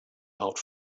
out